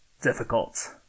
difficult